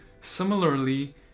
similarly